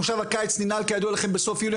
מושב הקיץ ננעל כידוע לכם בסוף יולי,